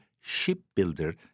shipbuilder